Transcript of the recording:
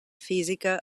física